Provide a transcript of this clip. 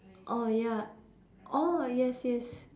orh ya orh yes yes